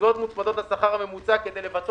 הקצבאות מוצמדות לשכר הממוצע כדי לבטא